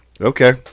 Okay